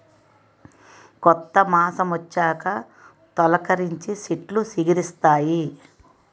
కొత్త మాసమొచ్చాక తొలికరించి సెట్లు సిగిరిస్తాయి